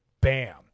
Bam